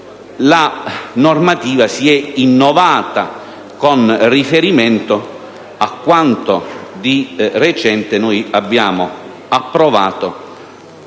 la normativa si è innovata con riferimento a quanto di recente noi abbiamo approvato